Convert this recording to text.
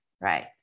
right